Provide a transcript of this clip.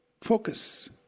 focus